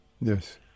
yes